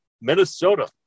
Minnesota